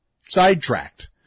sidetracked